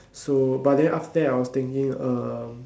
so but then after that I was thinking uh